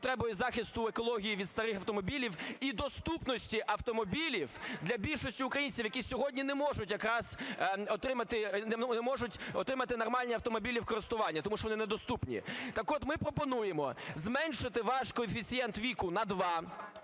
потребою захисту екології від старих автомобілів і доступності автомобілів для більшості українців, які сьогодні не можуть якраз отримати, не можуть отримати нормальні автомобілі в користування, тому що вони недоступні. Так от, ми пропонуємо зменшити ваш коефіцієнт віку на 2,